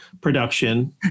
production